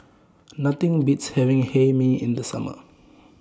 Nothing Beats having Hae Mee in The Summer